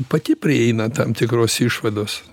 pati prieina tam tikros išvados